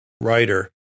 writer